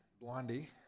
Blondie